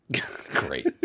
Great